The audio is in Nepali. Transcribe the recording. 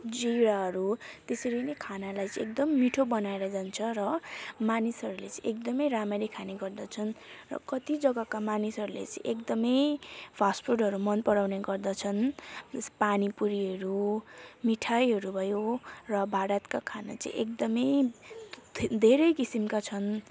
जिराहरू त्यसरी नै खानालाई चाहिँ एकदम मिठो बनाएर जान्छ र मानिसहरूले चाहिँ एकदमै रामरी खाने गर्दछन् र कति जग्गाका मानिसहरूले चाहिँ एकदमै फास्ट फुडहरू मन पराउने गर्दछन् पानी पुरीहरू मिठाईहरू भयो र भारतका खाना चाहिँ एकदमै धे धेरै किसिमका छन्